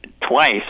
twice